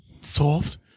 soft